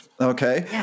okay